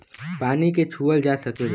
पानी के छूअल जा सकेला